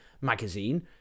magazine